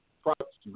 products